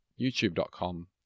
youtube.com